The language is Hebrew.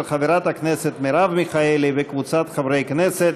של חברת הכנסת מרב מיכאלי וקבוצת חברי הכנסת.